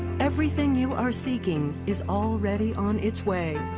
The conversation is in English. everything you are seeking is already on its way.